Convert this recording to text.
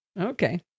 Okay